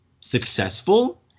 successful